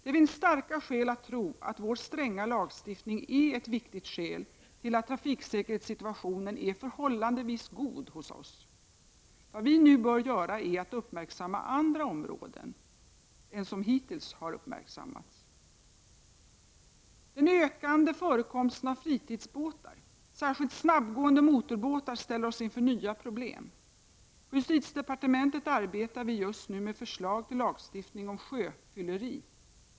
Det finns starka skäl att tro att vår stränga lagstiftning är en viktigt anledning till att trafiksäkerhetssituationen är förhållandevis god hos oss. Vad vi nu bör göra är att uppmärksamma andra områden än dem som hittills har uppmärksammats. Den ökande förekomsten av fritidsbåtar, särskilt snabbgående motorbåtar, ställer oss inför nya problem. På justitiedepartementet arbetar vi just nu med förslag till lagstiftning om sjöfylleri.